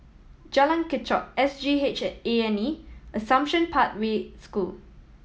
Jalan Kechot S G H A and E and Assumption Pathway School